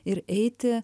ir eiti